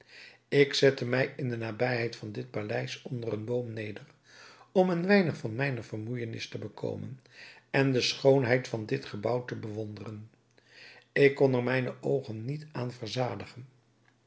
ik zette mij in de nabijheid van dit paleis onder een boom neder om een weinig van mijne vermoeijenis te bekomen en de schoonheid van dit gebouw te bewonderen ik kon er mijne oogen niet aan verzadigen